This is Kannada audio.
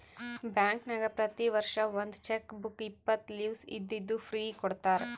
ಬ್ಯಾಂಕ್ನಾಗ್ ಪ್ರತಿ ವರ್ಷ ಒಂದ್ ಚೆಕ್ ಬುಕ್ ಇಪ್ಪತ್ತು ಲೀವ್ಸ್ ಇದ್ದಿದ್ದು ಫ್ರೀ ಕೊಡ್ತಾರ